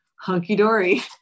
hunky-dory